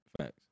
Facts